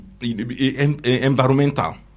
environmental